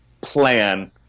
plan